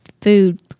food